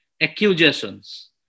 accusations